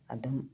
ꯑꯗꯨꯝ